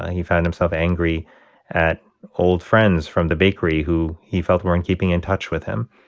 he found himself angry at old friends from the bakery who he felt weren't keeping in touch with him.